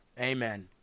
Amen